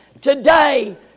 today